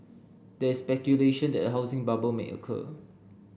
there is speculation that a housing bubble may occur